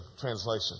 Translation